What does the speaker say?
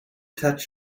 touch